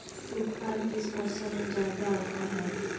तूफ़ान किस मौसम में ज्यादा आता है?